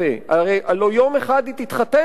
הלוא יום אחד היא תתחתן בטח,